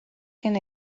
can